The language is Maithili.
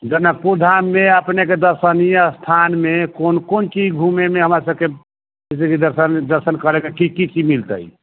जनकपुर धाममे अपनेके दर्शनीय स्थानमे कोन कोन चीज घूमयमे हमरासभके दर्शन दर्शन करैके की की की मिलतै